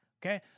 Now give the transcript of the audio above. Okay